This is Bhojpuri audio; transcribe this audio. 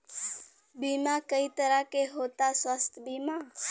बीमा कई तरह के होता स्वास्थ्य बीमा?